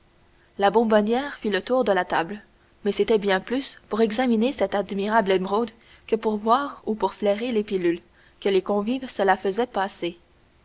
la bonbonnière fit le tour de la table mais c'était bien plus pour examiner cette admirable émeraude que pour voir ou pour flairer les pilules que les convives se la faisaient passer